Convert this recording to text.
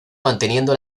manteniendo